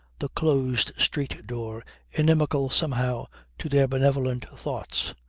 the closed street door inimical somehow to their benevolent thoughts,